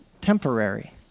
temporary